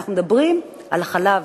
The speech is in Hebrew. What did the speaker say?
אנחנו מדברים על החלב,